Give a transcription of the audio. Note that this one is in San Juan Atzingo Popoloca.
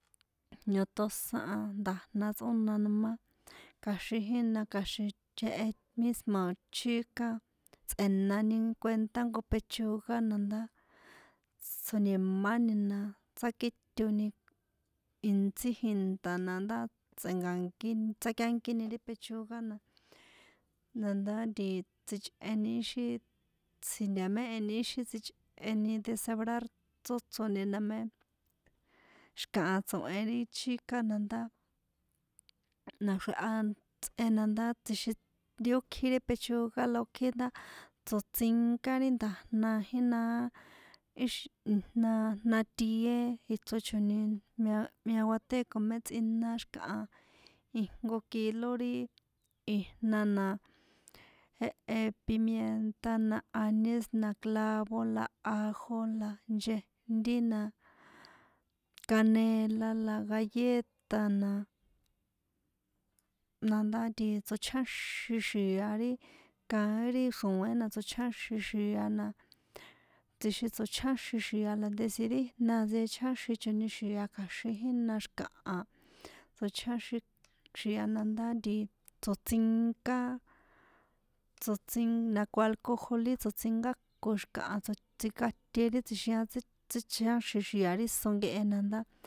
Niotosán a nda̱jna tsꞌóna noma kja̱xin jína kja̱xin chꞌehe misma̱ chika tsꞌe̱nani kuentá jnko pechuga na ndá tsjo̱ni̱máni tsákitoni intsí jinta na ndá tsꞌe̱nka̱nkíni tsákiankini ri pechuga na na ndá sichꞌeni ixi si̱ntaméheni ixi sichꞌeni desebrar tsóchroni na mé xi̱kaha tso̱hen ri chika na ndá na̱xreha tsꞌe na ndá tsjixin ri ó ikji ri pechuga la ó kji ndá tsoṭsinká ri nda̱jna a jinaá ixi ijna tie ichrochoni mia miateko mé tsꞌina xi̱kaha ijnko kilo ri ijna na jehe pimienta na aniz na clavo la ajo la nchejnti na canela la galleta na, na ndá nti tsochjáxin xia ri kaín ri xroe̱n na tsochjáxin xia na tsixin tsochjáin xia la ndesi ri ijna nchechjáxinchoni xia la kja̱xin jína xi̱kaha tsochjáxin xia na ndá nti tsoṭsinká tsoṭsink na ko ajojolin tsoṭsinkáko xi̱kaha tsi tsinkate ri tsjixian ri tsíchaxin xia ri íso nkehe na ndá.